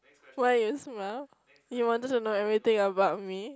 why you smile you wanted to know everything about me